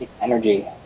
energy